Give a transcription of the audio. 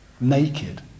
naked